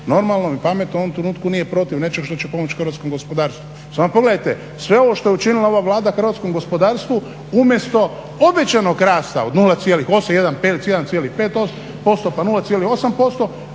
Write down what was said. normalan i pametan u ovom trenutku nije protiv nečeg što će pomoći hrvatskom gospodarstvu. Samo pogledajte, sve što je učinila ova Vlada hrvatskom gospodarstvu umjesto povećanog rasta od 0,8, 1,5%, pa 0,8%